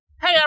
Hey